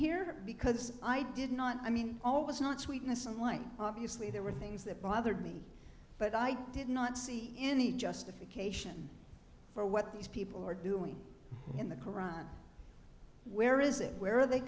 here because i did not i mean all was not sweetness and light obviously there were things that bothered me but i did not see any justification for what these people are doing in the koran where is it where are they